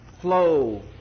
flow